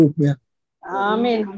Amen